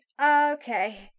okay